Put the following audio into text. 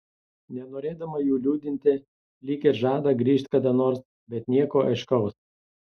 nenorėdama jų liūdinti lyg ir žada grįžt kada nors bet nieko aiškaus